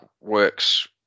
works